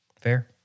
Fair